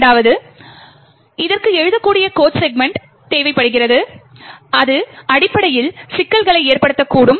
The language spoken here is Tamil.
இரண்டாவதாக இதற்கு எழுதக்கூடிய கோட் செக்மெண்ட் தேவைப்படுகிறது இது அடிப்படையில் சிக்கல்களை ஏற்படுத்தக்கூடும்